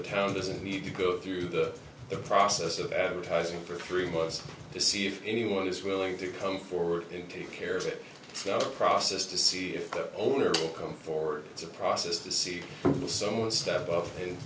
the town doesn't need to go through the process of advertising for three months to see if anyone is willing to come forward and take care of that process to see if the owner will come forward it's a process to see the some one step